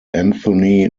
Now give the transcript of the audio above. anthony